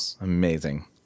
amazing